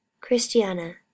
Christiana